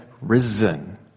risen